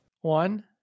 One